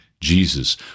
Jesus